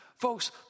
Folks